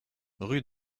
rue